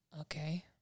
Okay